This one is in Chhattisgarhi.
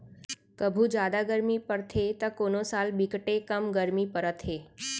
कभू जादा गरमी परथे त कोनो साल बिकटे कम गरमी परत हे